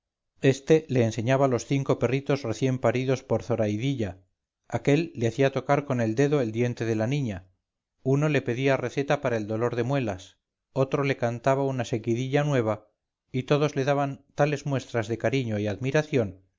este le enseñaba los cinco perritos recién paridos por zoraidilla aquel le hacía tocar con el dedo el diente de la niña uno le pedía receta para el dolor de muelas otro le cantaba una seguidilla nueva y todos le daban tales muestras de cariño y admiración